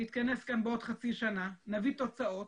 נתכנס כאן בעוד חצי שנה, נביא תוצאות,